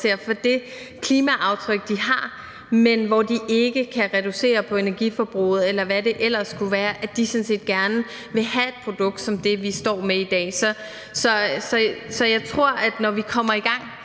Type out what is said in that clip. for det klimaaftryk, de har, men hvor de ikke kan reducere energiforbruget, eller hvad det ellers kunne være, sådan set gerne vil have et produkt som det, vi står med i dag. Så jeg tror, at når vi kommer i gang,